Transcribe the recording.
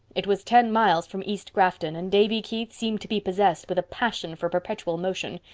it was ten miles from east grafton and davy keith seemed to be possessed with a passion for perpetual motion.